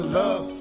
love